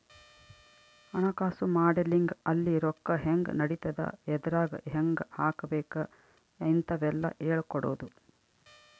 ಹಣಕಾಸು ಮಾಡೆಲಿಂಗ್ ಅಲ್ಲಿ ರೊಕ್ಕ ಹೆಂಗ್ ನಡಿತದ ಎದ್ರಾಗ್ ಹೆಂಗ ಹಾಕಬೇಕ ಇಂತವೆಲ್ಲ ಹೇಳ್ಕೊಡೋದು